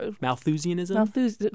Malthusianism